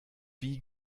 wie